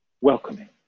welcoming